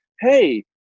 hey